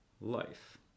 life